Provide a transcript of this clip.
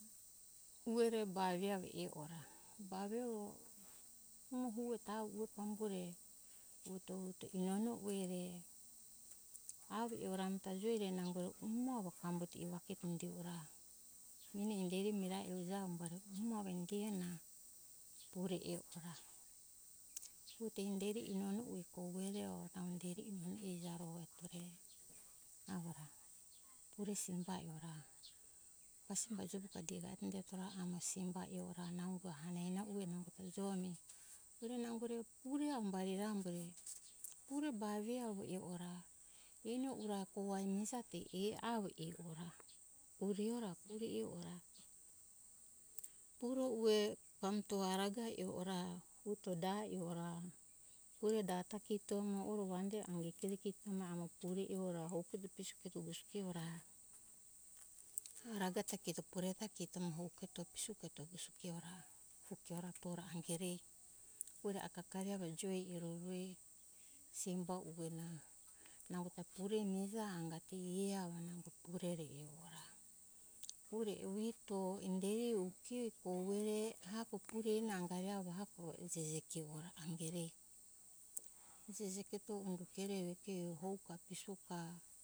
Ue re ba ve avo e ora. ba veo umuo hue eto avo ve pambure vuto inono ue re avo e ora ami ta joi re nango umo avo pambuto eva kito indi ora meni inderi mirae ujae amo umo avo indiue na pure e ora kito inderi inono ue re kogue re avo inono ehija ro eto re avo ra pure simba e ora pasimba juruka re mo indeto ra amo simbe e ora nau ga hanana ue jo ami pure nango re pure umbari re amo re pure ba ve avo e ora eni ora hako ai mihija te e avo e ora pure ora pure nei ora pure ue pambto araga hia e ora vuto da hio e ora ue da ta kito mo oro vande auro serekito embo amo pure e ora houketo puto gosike ora araga kito hure ga kito eto mo houketo isoko eto hio ora puto vuto angere uere akakari joi eroro ue simba ue na nango ta pure mihija angati ie avo nango pure e ora pure ue hito inderi iei hito kouge re hako pure eni angari avo hako ijeji kio ora angere ijeje keto unduke ue re unduke haupa isokso